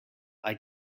hay